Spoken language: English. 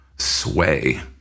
Sway